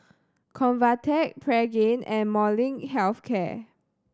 Convatec Pregain and Molnylcke Health Care